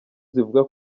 zivuga